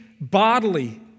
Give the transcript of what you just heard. bodily